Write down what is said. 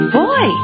boy